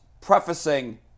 prefacing